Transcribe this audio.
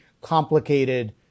complicated